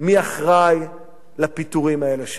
מי אחראי לפיטורים האלה שלהם.